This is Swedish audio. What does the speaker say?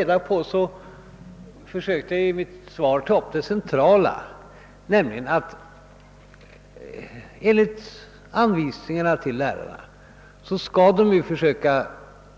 Jag försökte i mitt svar ta upp det centrala: att lärarna enligt anvisningarna skall försöka